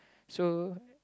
so